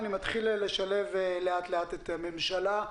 אני מתחיל לשלב לאט-לאט את הממשלה.